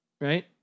right